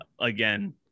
again